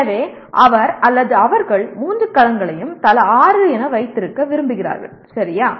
எனவே அவர் அல்லது அவர்கள் மூன்று களங்களையும் தலா ஆறு என வைத்திருக்க விரும்புகிறார்கள் சரியா